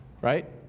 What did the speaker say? right